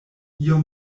iom